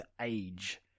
age